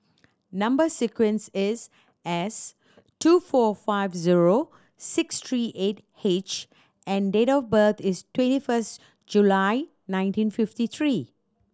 number sequence is S two four five zero six three eight H and date of birth is twenty first July nineteen fifty three